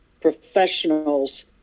professionals